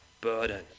burden